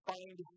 Find